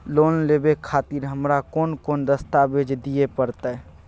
Loan लेवे खातिर हमरा कोन कौन दस्तावेज दिय परतै?